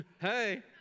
Hey